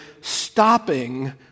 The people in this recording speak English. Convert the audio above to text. stopping